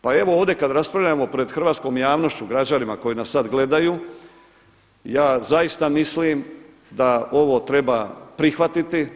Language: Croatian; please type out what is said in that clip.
Pa evo ovdje kada raspravljamo pred hrvatskom javnošću, građanima koji nas sada gledaju, ja zaista mislim da ovo treba prihvatiti.